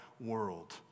world